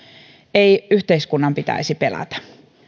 ei yhteiskunnan pitäisi pelätä